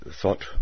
thought